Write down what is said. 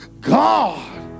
God